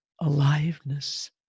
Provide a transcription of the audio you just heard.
aliveness